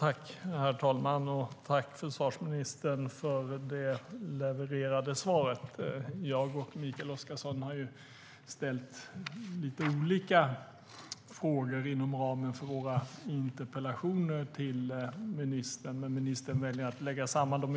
Herr talman! Tack, försvarsministern, för det levererade svaret! Jag och Mikael Oscarsson har inom ramen för våra interpellationer ställt lite olika frågor till ministern, men ministern väljer att besvara dem tillsammans.